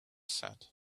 said